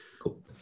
Cool